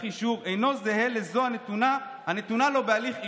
אישור אינו זהה לזו הנתונה לו בהליך ערעור.